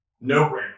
no-brainer